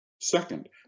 Second